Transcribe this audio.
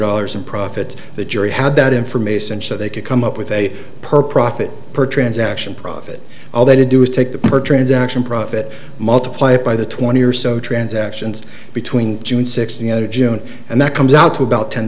dollars in profits the jury had that information so they could come up with a per profit per transaction profit all they do is take the per transaction profit multiply it by the twenty or so transactions between june sixth the other june and that comes out to about ten